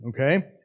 Okay